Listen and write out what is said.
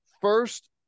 first